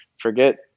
Forget